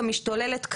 למיטב הבנתנו,